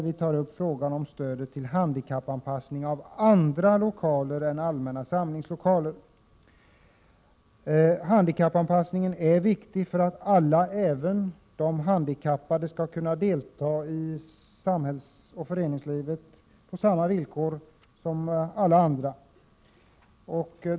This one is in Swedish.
Vi tar där upp stödet till handikappanpassning av andra lokaler än allmänna samlingslokaler. Handikappanpassning är viktigt för att även de handikappade skall kunna delta i samhällsoch föreningslivet på samma villkor som alla andra.